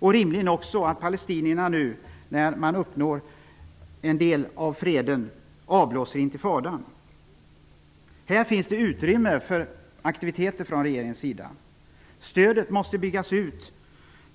Det är också rimligt att palestinierna avblåser intifadan, när de nu uppnår den del av sina mål. Här finns det utrymme för aktiviteter från regeringens sida. Stödet